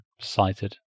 cited